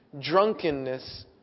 drunkenness